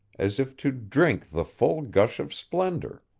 as if to drink the full gush of splendor.